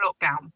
lockdown